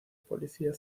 policía